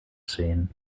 sehen